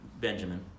Benjamin